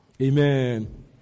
Amen